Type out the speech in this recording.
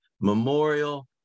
memorial